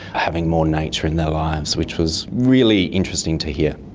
having more nature in their lives, which was really interesting to hear.